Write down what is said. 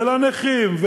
ולנכים,